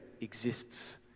exists